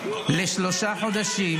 לשלושה חודשים.